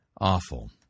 awful